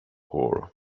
war